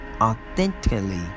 authentically